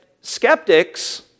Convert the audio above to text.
skeptics